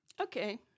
Okay